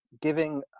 giving